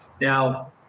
Now